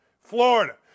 Florida